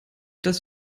das